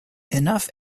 enough